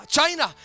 China